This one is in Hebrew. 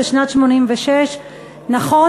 בשנת 1986. נכון,